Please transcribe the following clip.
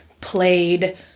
played